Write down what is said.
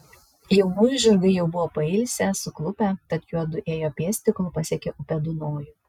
jaunųjų žirgai jau buvo pailsę suklupę tad juodu ėjo pėsti kol pasiekė upę dunojų